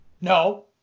No